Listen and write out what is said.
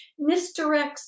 misdirects